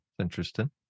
Interesting